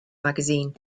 magazine